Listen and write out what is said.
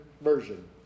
version